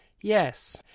Yes